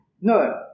No